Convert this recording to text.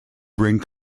bring